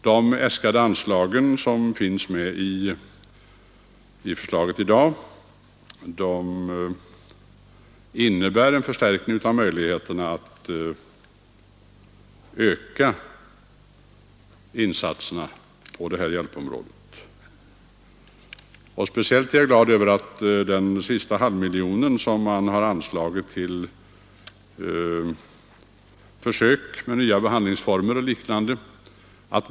De äskade anslag som finns med i propositionens förslag innebär en förstärkning av möjligheterna att öka insatserna på detta hjälpområde. Speciellt är jag glad över den sista halvmiljonen som man har anslagit till försök med nya behandlingsformer och liknande.